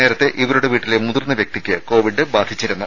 നേരത്തെ ഇവരുടെ വീട്ടിലെ മുതിർന്ന വ്യക്തിക്ക് കോവിഡ് ബാധിച്ചിരുന്നു